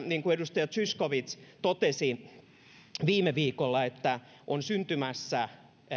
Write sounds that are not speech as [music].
[unintelligible] niin kuin edustaja zyskowicz totesi viime viikolla on syntymässä